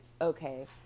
okay